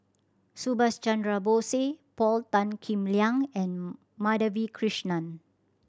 Subhas Chandra Bose Paul Tan Kim Liang and Madhavi Krishnan